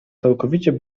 całkowicie